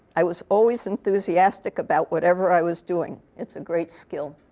i was always enthusiastic about whatever i was doing. it's a great skill.